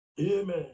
Amen